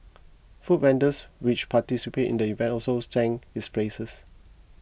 food vendors which participated in the event also sang its praises